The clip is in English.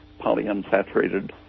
polyunsaturated